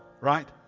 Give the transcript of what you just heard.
right